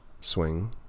swing